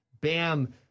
BAM